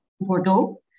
Bordeaux